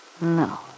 no